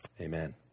amen